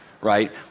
right